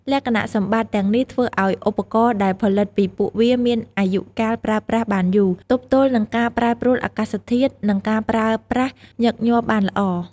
លក្ខណៈសម្បត្តិទាំងនេះធ្វើឱ្យឧបករណ៍ដែលផលិតពីពួកវាមានអាយុកាលប្រើប្រាស់បានយូរ ទប់ទល់នឹងការប្រែប្រួលអាកាសធាតុ និងការប្រើប្រាស់ញឹកញាប់បានល្អ។